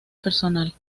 personal